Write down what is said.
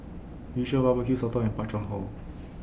Yu Sheng Barbeque Sotong and Pak Thong Ko